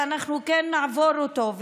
ואנחנו כן נעבור אותו,